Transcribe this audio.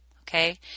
Okay